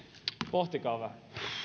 pohtikaa vähän